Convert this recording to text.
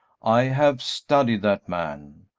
i have studied that man,